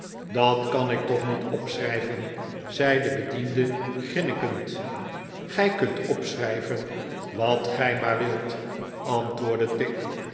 dat kan ik toch niet opschrijven zei de bediende grinnikend i gij kunt opschrijven wat gij maar wilt antwoordde tigg